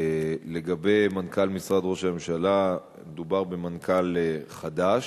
לגבי מנכ"ל משרד ראש הממשלה, מדובר במנכ"ל חדש,